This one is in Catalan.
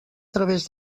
través